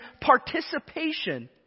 participation